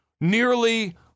nearly